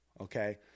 okay